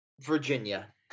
Virginia